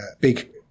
big